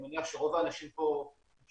אני מניח שרוב האנשים שיושבים